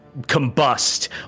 combust